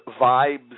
vibes